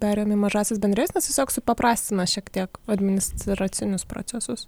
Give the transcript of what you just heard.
perėjom į mažasias bendrijas nes tiesiog supaprastina šiek tiek administracinius procesus